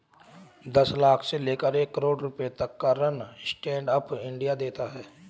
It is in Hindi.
दस लाख से लेकर एक करोङ रुपए तक का ऋण स्टैंड अप इंडिया देता है